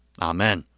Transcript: Amen